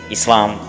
Islam